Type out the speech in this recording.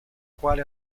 quali